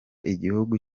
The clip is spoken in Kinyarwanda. igihugu